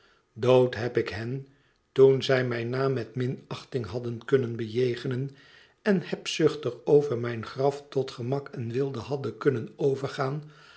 dood heb ik hen toen zij mijn naam met minachting hadden kunnen bejegenen en hebzuchtig over mijn graf tot gemak en weelde hadden kunnen overgaan